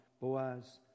Boaz